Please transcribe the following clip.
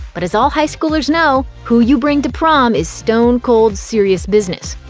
but as all high schoolers know, who you bring to prom is stone cold serious business.